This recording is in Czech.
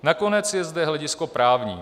Nakonec je zde hledisko právní.